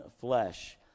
flesh